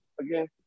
again